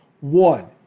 One